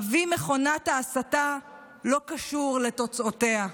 אבי מכונת ההסתה לא קשור לתוצאותיה.